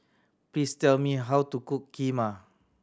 please tell me how to cook Kheema